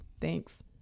Thanks